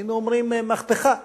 היינו אומרים: המהפכה,